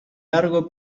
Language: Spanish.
largo